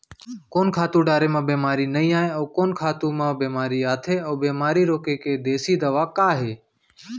कोन खातू डारे म बेमारी नई आये, अऊ कोन खातू म बेमारी आथे अऊ बेमारी रोके बर देसी दवा का हे?